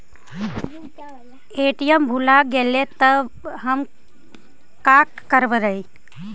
ATM भुला गेलय तब हम काकरवय?